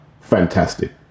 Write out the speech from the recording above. fantastic